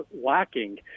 lacking